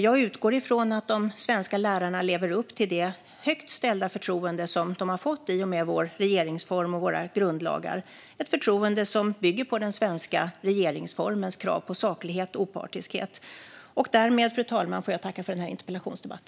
Jag utgår från att de svenska lärarna lever upp till det högt ställda förtroende som de har fått i och med vår regeringsform och våra grundlagar. Detta är ett förtroende som bygger på den svenska regeringsformens krav på saklighet och opartiskhet. Därmed, fru talman, får jag tacka för denna interpellationsdebatt.